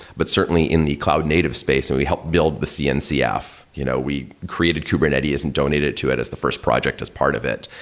but, certainly, in the cloud native space, and we help build with cncf. you know we created kubernetes and donated to it as the first project as part of it,